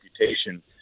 reputation